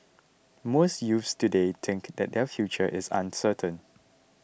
most youths today think that their future is uncertain